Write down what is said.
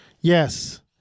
Yes